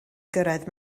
gyrraedd